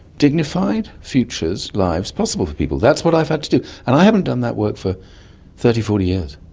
dignified futures, lives possible for people? that's what i've had to do. and i haven't done that work for thirty, forty years.